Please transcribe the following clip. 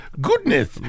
Goodness